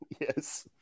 Yes